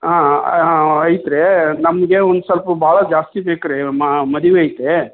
ಹಾಂ ಹಾಂ ಐತ್ರಿ ನಮಗೆ ಒಂದು ಸ್ವಲ್ಪ ಭಾಳ ಜಾಸ್ತಿ ಬೇಕು ರೀ ನಮ್ಮ ಮದುವೆ ಐತೆ